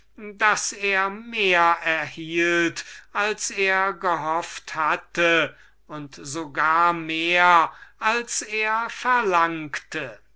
daß er mehr erhielt als er gehofft hatte und so gar mehr als er verlangte